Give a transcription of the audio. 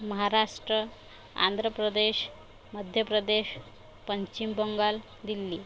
Maharashtra Andhra Pradesh Madhya Pradesh Paschim Bangal Delhi